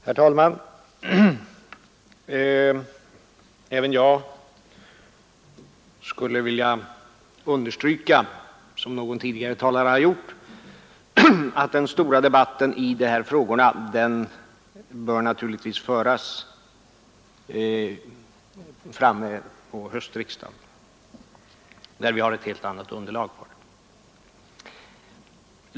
Herr talman! Även jag skulle vilja understryka — vilket någon tidigare talare har gjort — att den stora debatten i de här frågorna naturligtvis bör föras under höstriksdagen, när vi har ett helt annat underlag.